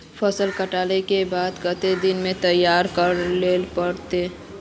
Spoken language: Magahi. फसल कांटे के बाद कते दिन में तैयारी कर लेले पड़ते?